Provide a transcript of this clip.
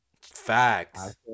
Facts